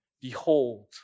Behold